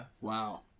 Wow